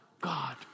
God